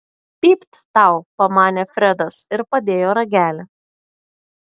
pypt tau pamanė fredas ir padėjo ragelį